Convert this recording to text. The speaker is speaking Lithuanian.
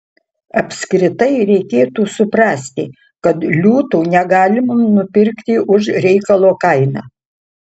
apskritai reikėtų suprasti kad liūtų negalima nupirkti už reikalo kainą